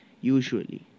Usually